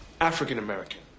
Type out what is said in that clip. African-American